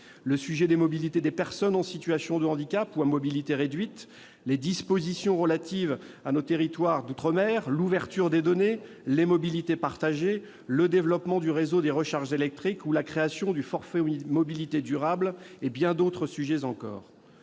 de la problématique des personnes en situation de handicap ou à mobilité réduite, des dispositions relatives à nos territoires ultramarins, de l'ouverture des données, des mobilités partagées, du développement du réseau des recharges électriques ou de la création du « forfait mobilités durables »; et de bien d'autres sujets encore